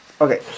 Okay